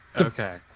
Okay